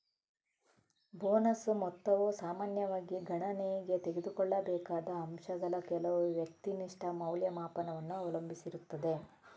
bonus ಮೊತ್ತವು ಸಾಮಾನ್ಯವಾಗಿ ಗಣನೆಗೆ ತೆಗೆದುಕೊಳ್ಳಬೇಕಾದ ಅಂಶಗಳ ಕೆಲವು ವ್ಯಕ್ತಿನಿಷ್ಠ ಮೌಲ್ಯಮಾಪನವನ್ನು ಅವಲಂಬಿಸಿರುತ್ತದೆ